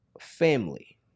family